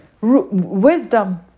Wisdom